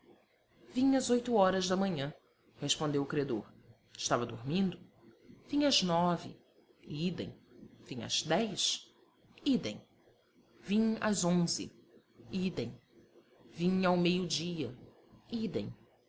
vim às oito horas da manhã respondeu o credor estava dormindo vim às nove idem vim às dez idem vim às onze idem vim ao meio-dia idem